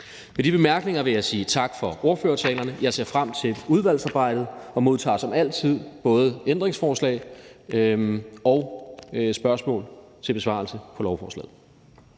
Med de bemærkninger vil jeg sige tak for ordførertalerne. Jeg ser frem til udvalgsarbejdet og modtager som altid både ændringsforslag til og spørgsmål til besvarelse om lovforslaget.